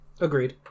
Agreed